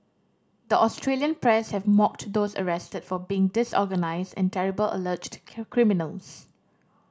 the Australian press have mocked those arrested for being disorganised and terrible alleged criminals